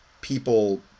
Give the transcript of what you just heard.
people